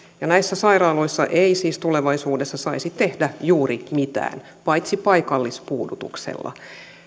näissä sairaaloissa ei siis tulevaisuudessa saisi tehdä juuri mitään paitsi paikallispuudutuksella